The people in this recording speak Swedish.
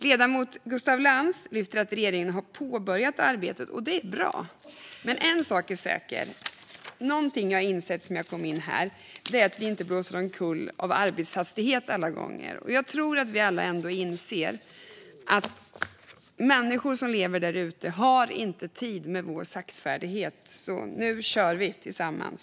Ledamoten Gustaf Lantz lyfter att regeringen har påbörjat arbetet, och det är bra. Men en sak är säker, och det är att jag sedan jag kom in här har insett att vi inte blåser omkull av arbetshastigheten alla gånger. Jag tror att vi alla ändå inser att människor som lever där ute inte har tid med vår saktfärdighet. Nu kör vi, tillsammans!